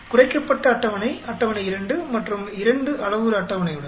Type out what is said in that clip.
குறைக்கப்பட்ட அட்டவணை அட்டவணை 2 மற்றும் 2 அளவுரு அட்டவணையுடன்